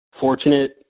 fortunate